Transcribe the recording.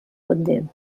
quddiem